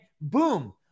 boom